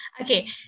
Okay